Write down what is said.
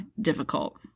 difficult